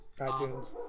iTunes